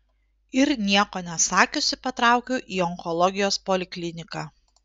ir nieko nesakiusi patraukiau į onkologijos polikliniką